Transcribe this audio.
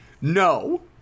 No